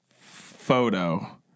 photo